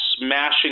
Smashing